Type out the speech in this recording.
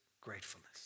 gratefulness